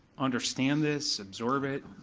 understand this, absorb it,